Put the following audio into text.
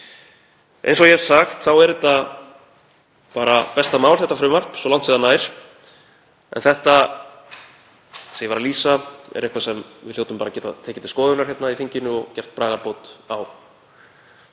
Eins og ég hef sagt þá er þetta bara besta mál, þetta frumvarp, svo langt sem það nær. En það sem ég var að lýsa er eitthvað sem við hljótum að geta tekið til skoðunar hérna í þinginu og gert bragarbót á.